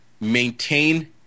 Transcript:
maintain